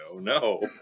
No